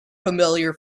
familiar